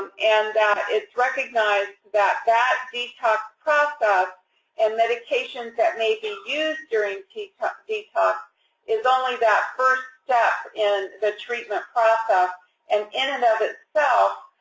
and and that it's recognized that that detox process and medications that may be used during detox detox is only first step in the treatment process and, in and of itself,